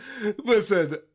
Listen